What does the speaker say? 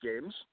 games